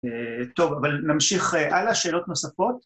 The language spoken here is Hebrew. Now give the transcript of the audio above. טוב, אבל נמשיך הלאה, שאלות נוספות?